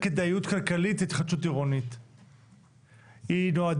מתוך הצעת חוק התכנית הכלכלית (תיקוני חקיקה ליישום המדיניות